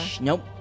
Nope